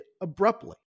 abruptly